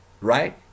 Right